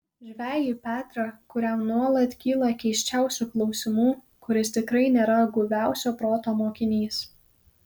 žvejį petrą kuriam nuolat kyla keisčiausių klausimų kuris tikrai nėra guviausio proto mokinys